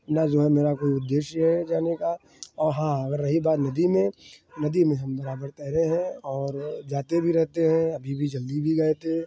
ना जो है मेरा कोई उद्देश्य है जाने का और हाँ अगर रही बात नदी में नदी में हम बराबर तैरे हैं और जाते भी रहते हैं अभी भी जल्दी भी गए थे